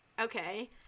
Okay